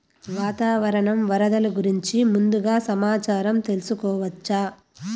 వాతావరణం వరదలు గురించి ముందుగా సమాచారం తెలుసుకోవచ్చా?